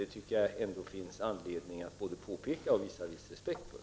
Det tycker jag det finns anledning att både påpeka och visa viss respekt för.